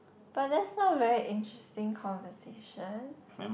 but that's not very interesting conversation